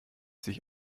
sich